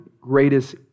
greatest